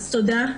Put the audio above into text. אז תודה.